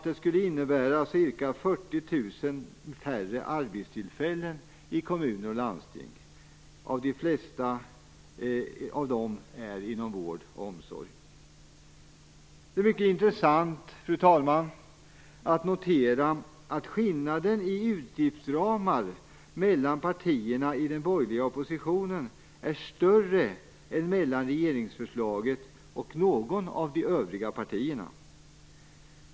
Det skulle innebära ca 40 000 färre arbetstillfällen i kommuner och landsting, främst inom vård och omsorg. Det är mycket intressant att notera att skillnaden i utgiftsramar mellan partierna i den borgerliga oppositionen är större än mellan regeringsförslaget och något av de övriga partierna.